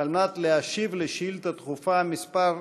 על מנת להשיב על שאילתה דחופה מס'